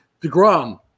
DeGrom